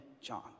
John